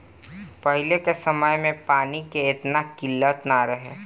पहिले के समय में पानी के एतना किल्लत ना रहे